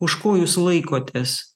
už ko jūs laikotės